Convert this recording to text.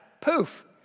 Poof